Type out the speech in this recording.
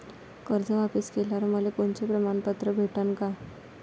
कर्ज वापिस केल्यावर मले कोनचे प्रमाणपत्र भेटन का?